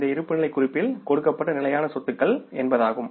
இந்த இருப்புநிலைக் குறிப்பில் கொடுக்கப்பட்ட நிலையான சொத்துக்கள் என்பதாகும்